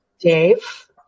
Dave